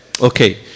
Okay